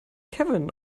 kevin